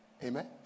Amen